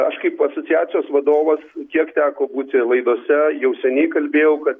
aš kaip asociacijos vadovas kiek teko būti laidose jau seniai kalbėjau kad